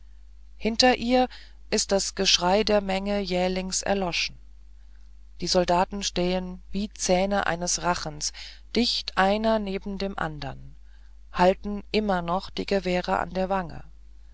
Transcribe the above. hinter ihr ist das geschrei der menge jählings erloschen die soldaten stehen wie zähne eines rachens dicht einer neben dem andern halten immer noch die gewehre an der wange